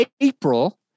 April